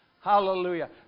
Hallelujah